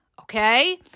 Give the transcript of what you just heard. okay